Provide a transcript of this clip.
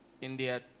India